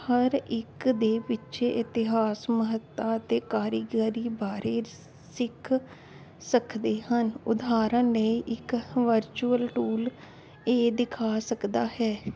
ਹਰ ਇੱਕ ਦੇ ਪਿੱਛੇ ਇਤਿਹਾਸ ਮਹੱਤਤਾ ਅਤੇ ਕਾਰੀਗਰੀ ਬਾਰੇ ਸਿੱਖ ਸਕਦੇ ਹਨ ਉਦਾਹਰਨ ਨੇ ਇੱਕ ਵਰਚੁਅਲ ਟੂਲ ਇਹ ਦਿਖਾ ਸਕਦਾ ਹੈ